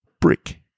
Brick